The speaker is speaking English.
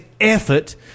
effort